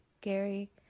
Gary